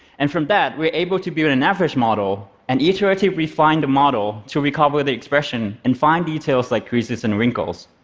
and from that, we are able to build an an average model, an iterative, refined model to recover the expression in fine details, like creases and wrinkles.